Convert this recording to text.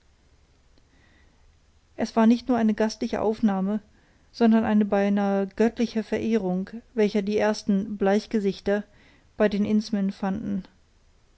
es war nicht nur eine gastliche aufnahme sondern eine beinahe göttliche verehrung welche die ersten bleichgesichter bei den indsmen fanden